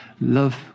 Love